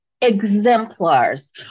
exemplars